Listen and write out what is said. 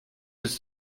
ist